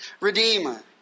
Redeemer